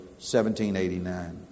1789